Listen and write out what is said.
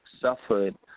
suffered